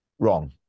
Wrong